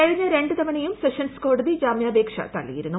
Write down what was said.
കഴിഞ്ഞ രണ്ട് തവണയും സെഷൻസ് കോടതി ജാമ്യാപേക്ഷ തള്ളിയിരുന്നു